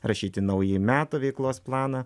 rašyti nauji metų veiklos planą